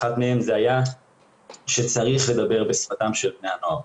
אחת מהן זה היה שצריך לדבר בשפתם של בני הנוער,